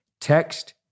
Text